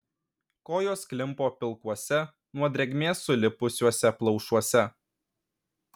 kojos klimpo pilkuose nuo drėgmės sulipusiuose plaušuose